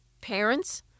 parents